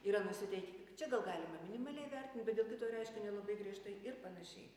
yra nusiteikę čia gal galima minimaliai vertint bet dėl kito reiškinio labai griežtai ir panašiai